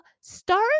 start